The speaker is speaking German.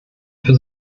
für